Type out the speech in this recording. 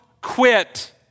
quit